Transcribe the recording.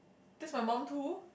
that's my mum too